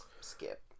skip